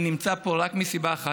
אני נמצא פה רק מסיבה אחת,